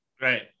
right